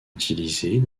utilisée